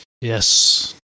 Yes